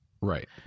right